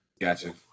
gotcha